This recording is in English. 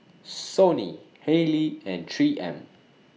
Sony Haylee and three M